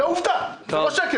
זה עובדה, זה לא שקר.